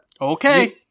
Okay